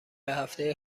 هفته